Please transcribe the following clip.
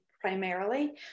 primarily